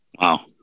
wow